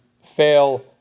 fail